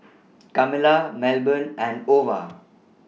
Camila Melbourne and Ova